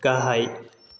गाहाय